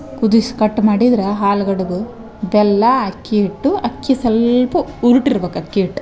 ಕುದಿಸಿ ಕಟ್ ಮಾಡಿದ್ರ ಹಾಲು ಗಡ್ಬು ಬೆಲ್ಲಾ ಅಕ್ಕಿ ಹಿಟ್ಟು ಅಕ್ಕಿ ಸಲ್ಪ ಉರುಟು ಇರ್ಬೇಕು ಅಕ್ಕಿ ಹಿಟ್ಟು